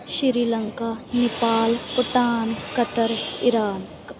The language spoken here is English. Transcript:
Sri Lanka Nepal Bhutan Qatar Iraq